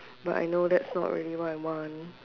but I know that's not what I want